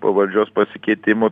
po valdžios pasikeitimų